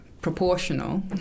proportional